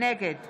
נגד